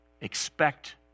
Expect